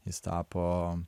jis tapo